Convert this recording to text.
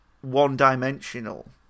one-dimensional